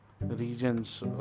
regions